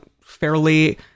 fairly